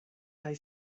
kaj